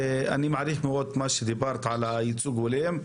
אני מעריך מאוד את מה שאמרת על ייצוג הולם.